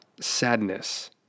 sadness